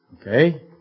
Okay